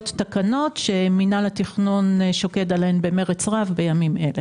תקנות שמינהל התיקון שוקד עליהן במרץ רב בימים אלה.